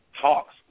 talks